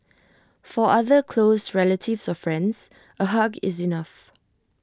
for other close relatives or friends A hug is enough